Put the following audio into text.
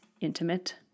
intimate